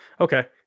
okay